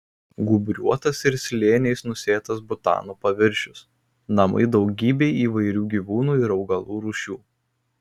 gūbriuotas ir slėniais nusėtas butano paviršius namai daugybei įvairių gyvūnų ir augalų rūšių